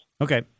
Okay